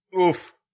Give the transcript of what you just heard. Oof